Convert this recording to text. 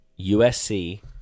USC